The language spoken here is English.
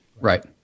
Right